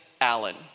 allen